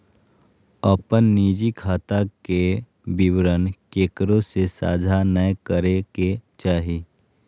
अपन निजी खाता के विवरण केकरो से साझा नय करे के चाही